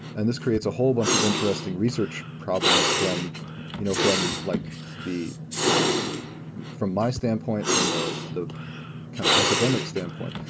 and this creates a whole bunch of interesting research problems from you know from like the kind of from my standpoint, from the the kind of academic standpoint,